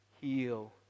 heal